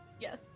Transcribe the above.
Yes